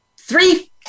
three